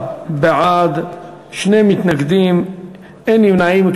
11 בעד, שני מתנגדים, אין נמנעים.